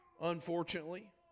unfortunately